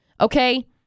okay